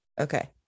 okay